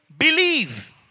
Believe